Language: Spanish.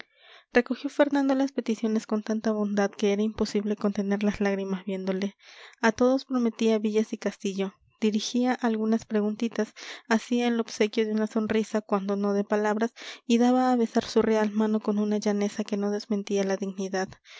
recogió fernando las peticiones con tanta bondad que era imposible contener las lágrimas viéndole a todos prometía villas y castillos dirigía algunas preguntitas hacía el obsequio de una sonrisa cuando no de palabras y daba a besar su real mano con una llaneza que no desmentía la dignidad